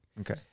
Okay